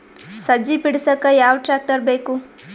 ಸಜ್ಜಿ ಬಿಡಸಕ ಯಾವ್ ಟ್ರ್ಯಾಕ್ಟರ್ ಬೇಕು?